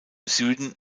süden